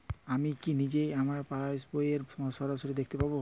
আমি কি নিজেই আমার পাসবইয়ের সামারি দেখতে পারব?